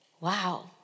wow